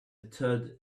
toad